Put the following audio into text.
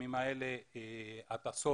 בימים האלה הטסות,